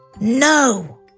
no